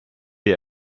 die